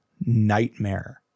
Nightmare